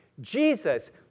Jesus